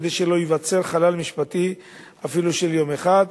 כדי שלא ייווצר חלל משפטי אפילו של יום אחד.